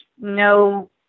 no